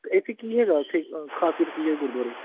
ਅਤੇ ਇੱਥੇ ਕੀ ਹੈਗਾ ਇੱਥੇ ਖਾਸੀਅਤ ਕੀ ਹੈ ਗੁਰਦੁਆਰੇ